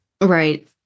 Right